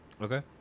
Okay